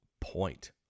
point